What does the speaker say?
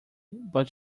but